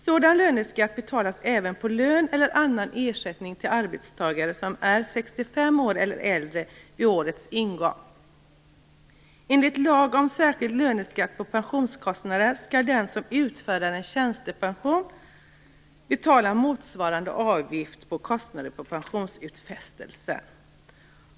Sådan löneskatt betalas även på lön eller annan ersättning till arbetstagare som är 65 år eller äldre vid årets ingång. Enligt lag om särskild löneskatt på pensionskostnader skall den som utfärdar en tjänstepension betala motsvarande avgift på kostnaden för pensionsutfästelsen.